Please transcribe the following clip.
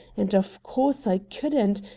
and, of course, i couldn't,